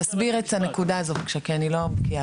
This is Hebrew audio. תסביר את הנקודה הזאת בבקשה כי אני לא בקיאה בזה.